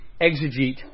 exegete